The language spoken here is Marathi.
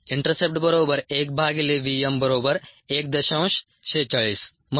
35 Intercept 1vm1